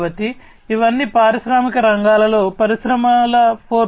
కాబట్టి ఇవన్నీ పారిశ్రామిక రంగాలలో పరిశ్రమల 4